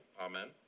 amen